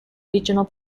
regional